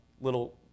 little